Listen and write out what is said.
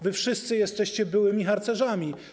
Wy wszyscy jesteście byłymi harcerzami.